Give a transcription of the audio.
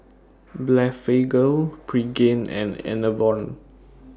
Blephagel Pregain and Enervon